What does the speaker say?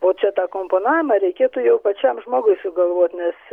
o čia tą komponavimą reikėtų jau pačiam žmogui sugalvot nes